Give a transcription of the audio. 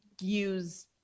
use